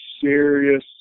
serious